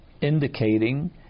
indicating